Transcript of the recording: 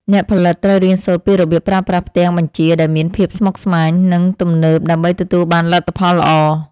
អ្នកផលិតត្រូវរៀនសូត្រពីរបៀបប្រើប្រាស់ផ្ទាំងបញ្ជាដែលមានភាពស្មុគស្មាញ និង ទំនើបដើម្បីទទួលបានលទ្ធផលល្អ។